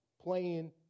playing